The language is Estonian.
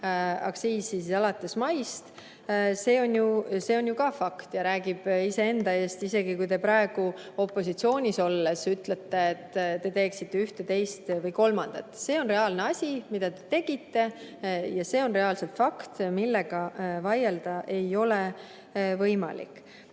aktsiisi alates maist, on ju fakt ja räägib iseenda eest. Isegi kui te praegu opositsioonis olles ütlete, et te teeksite üht või teist või kolmandat, siis see on reaalne asi, mis te tegite. See on reaalselt fakt, mille vastu vaielda ei ole võimalik.